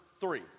three